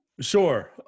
Sure